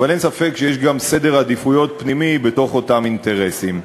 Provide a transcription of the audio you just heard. אבל אין ספק שיש גם סדר עדיפויות פנימי באותם אינטרסים.